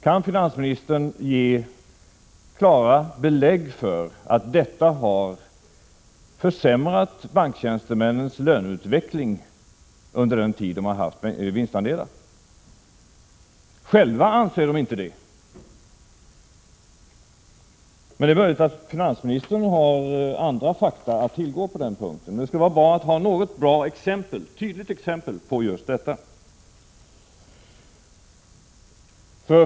Kan finansministern ge klara belägg för att banktjänstemännens löneutveckling har försämrats under den tid de haft vinstandelar? Själva anser de inte det, men det är möjligt att finansministern har andra fakta att tillgå på den punkten. Det skulle vara bra att ha något tydligt exempel på just detta.